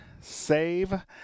save